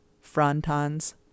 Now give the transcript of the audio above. Fronton's